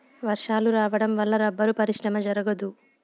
వర్షాలు రావడం వల్ల రబ్బరు పరిశ్రమ జరగదు